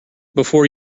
before